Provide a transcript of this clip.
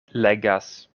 legas